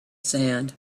sand